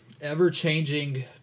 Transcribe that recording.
ever-changing